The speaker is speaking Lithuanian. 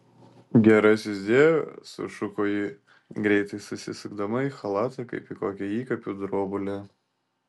gerasis dieve sušuko ji greitai susisukdama į chalatą kaip į kokią įkapių drobulę